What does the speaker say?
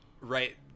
right